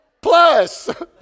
Plus